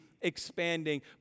expanding